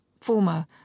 former